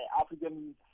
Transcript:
African